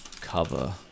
Cover